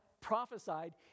prophesied